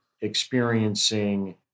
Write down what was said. experiencing